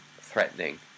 threatening